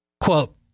Quote